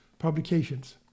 publications